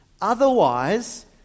otherwise